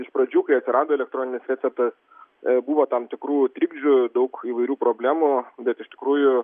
iš pradžių kai atsirado elektroninis receptas buvo tam tikrų trikdžių daug įvairių problemų bet iš tikrųjų